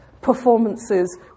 performances